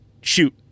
shoot